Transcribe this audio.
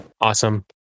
Awesome